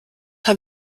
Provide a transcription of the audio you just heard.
habe